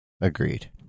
agreed